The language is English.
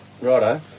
Righto